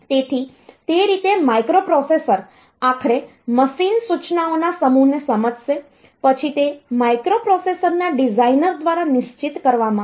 તેથી તે રીતે માઇક્રોપ્રોસેસર આખરે મશીન સૂચનાઓના સમૂહને સમજશે પછી તે માઇક્રોપ્રોસેસરના ડિઝાઇનર દ્વારા નિશ્ચિત કરવામાં આવે છે